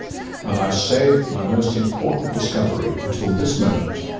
and i've saved my most important discovery until this moment.